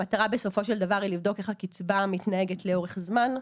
המטרה בסופו של דבר היא לבדוק איך הקצבה מתנהגת לאורך זמן.